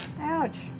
Ouch